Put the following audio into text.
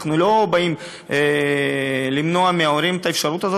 אנחנו לא באים למנוע מההורים את האפשרות הזאת.